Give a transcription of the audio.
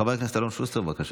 חבר הכנסת אלון שוסטר, בבקשה.